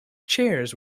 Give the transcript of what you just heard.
chairs